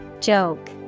Joke